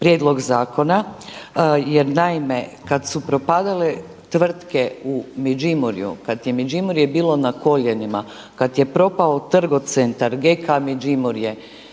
prijedlog zakona jer naime kada su propadale tvrtke u Međimurju kada je Međimurje bilo na koljenima, kada je propao Trgocentar, GK Međimurje,